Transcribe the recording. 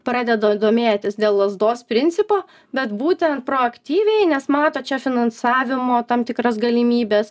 pradeda domėtis dėl lazdos principo bet būtent proaktyviai nes mato čia finansavimo tam tikras galimybes